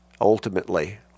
ultimately